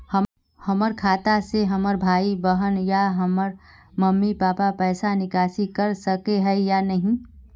हमरा खाता से हमर भाई बहन या हमर मम्मी पापा पैसा निकासी कर सके है या नहीं?